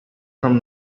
from